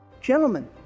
Gentlemen